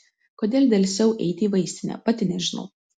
kodėl delsiau eiti į vaistinę pati nežinau